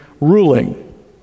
ruling